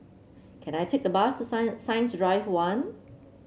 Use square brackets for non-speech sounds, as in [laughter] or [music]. can I take the bus [unintelligible] Science Drive One